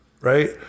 right